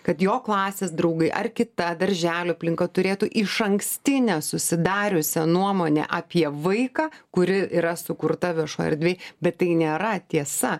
kad jo klasės draugai ar kita darželio aplinka turėtų išankstinę susidariusią nuomonę apie vaiką kuri yra sukurta viešoj erdvėj bet tai nėra tiesa